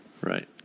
Right